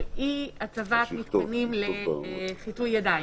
מדובר על הצבת אלכוג'ל בכל מיני מקומות.